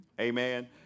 Amen